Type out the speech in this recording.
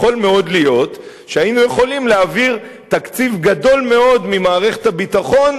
יכול מאוד להיות שהיינו יכולים להעביר תקציב גדול מאוד ממערכת הביטחון,